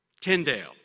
Tyndale